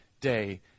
day